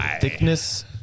thickness